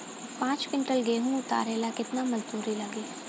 पांच किविंटल गेहूं उतारे ला केतना मजदूर लागी?